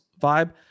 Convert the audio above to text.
vibe